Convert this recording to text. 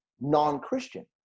non-Christian